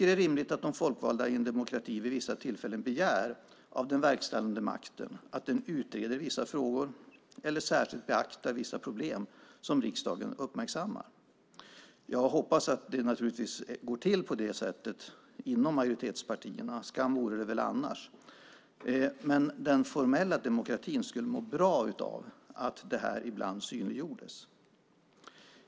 Det är rimligt att de folkvalda i en demokrati vid vissa tillfällen begär av den verkställande makten att den utreder vissa frågor eller särskilt beaktar vissa problem som riksdagen uppmärksammar. Jag hoppas att det går till på det sättet inom majoritetspartierna - skam vore det väl annars. Den formella demokratin skulle må bra av att det här ibland synliggjordes.